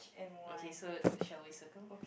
okay so shall we circle